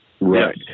Right